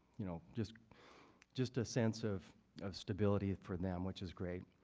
you know, just just a sense of of stability for them, which is great.